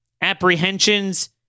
apprehensions